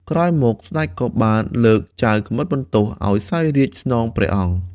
ក្រោយមកស្ដេចក៏បានលើកចៅកាំបិតបន្ទោះឱ្យសោយរាជ្យស្នងព្រះអង្គ។